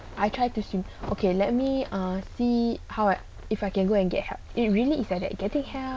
I try to swim okay let me ah see how I if I can go and get help it really is that they're getting help